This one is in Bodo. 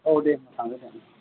औ दे थांदो थांदो